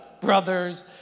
brothers